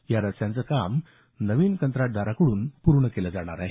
या रस्त्यांचं काम नवीन कंत्राटदाराकडून पूर्ण केलं जाणार आहे